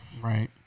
Right